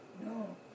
no